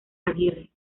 aguirre